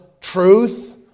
truth